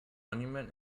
monument